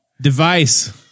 device